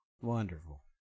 Wonderful